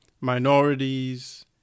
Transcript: minorities